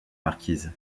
marquise